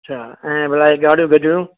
अछा ऐं भला हे ॻाढ़ियूं गजरूं